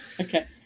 Okay